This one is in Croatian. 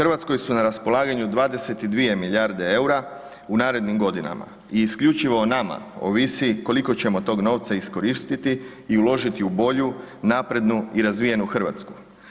RH su na raspolaganju 22 milijarde EUR-a u narednim godinama i isključivo o nama ovisi koliko ćemo tog novca iskoristiti i uložiti u bolju, naprednu i razvijenu RH.